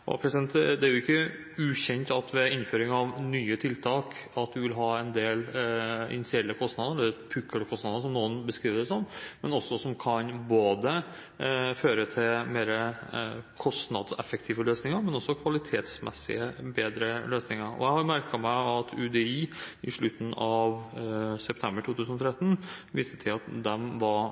Det er jo ikke ukjent at en ved innføring av nye tiltak vil ha en del initielle kostnader, eller «pukkelkostnader», som noen beskriver det som, men som også kan føre til både mer kostnadseffektive løsninger og kvalitetsmessig bedre løsninger. Jeg har merket meg at UDI i slutten av september 2013 viste til at det var sterk tilhenger av de forslagene som var fremmet, og det som var